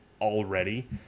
already